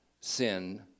sin